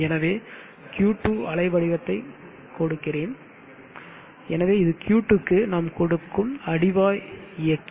எனவே Q2 அலை வடிவத்தை கொடுக்கிறேன் எனவே இது Q2 க்கு நாம் கொடுக்கும் அடிவாய் இயக்கி